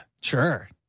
Sure